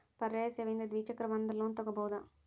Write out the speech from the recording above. ಪರ್ಯಾಯ ಸೇವೆಯಿಂದ ದ್ವಿಚಕ್ರ ವಾಹನದ ಲೋನ್ ತಗೋಬಹುದಾ?